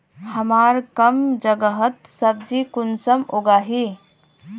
हमार कम जगहत सब्जी कुंसम उगाही?